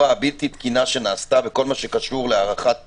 הבלתי תקינה שנעשתה בכל מה שקשור להארכת